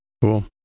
Cool